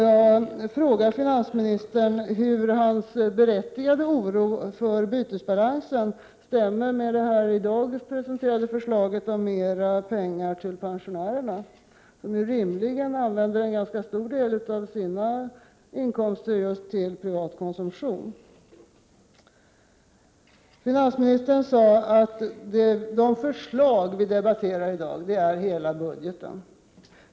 Jag vill fråga finansministern hur hans berättigade oro för bytesbalansen stämmer med det i dag presenterade förslaget om mera pengar till pensionärerna, som ju rimligen använder en ganska stor del av sina inkomster just till privat konsumtion. Finansministern sade att de förslag vi debatterar i dag är de som budgeten i dess helhet representerar.